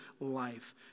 life